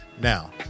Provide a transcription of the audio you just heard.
Now